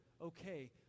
okay